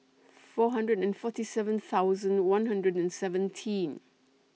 four hundred and forty seven thousand one hundred and seventeen